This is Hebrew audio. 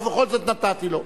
ובכל זאת נתתי לו.